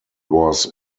was